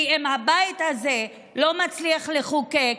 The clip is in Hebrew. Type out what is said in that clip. כי אם הבית הזה לא מצליח לחוקק,